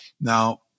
Now